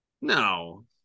No